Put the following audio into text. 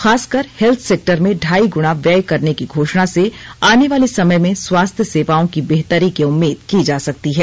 खासकर health sector में ढाई गुना व्यय करने की घोषणा से आने वाले समय में स्वास्थ्य सेवाओं की बेहतरी की उम्मीद की जा सकती है